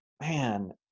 man